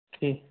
ਠੀਕ